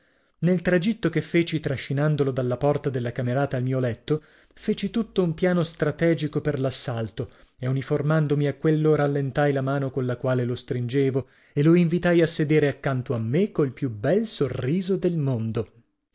nel tragitto che feci trascinandolo dalla porta della camerata al mio letto feci tutto un piano strategico per l'assalto e uniformandomi a quello rallentai la mano colla quale lo stringevo e lo invitai a sedere accanto a me col più bel sorriso del mondo